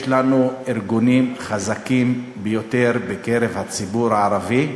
יש לנו ארגונים חזקים ביותר בציבור הערבי,